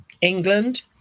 England